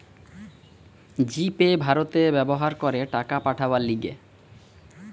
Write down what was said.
জি pay ভারতে ব্যবহার করে টাকা পাঠাবার লিগে